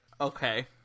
Okay